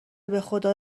بخدا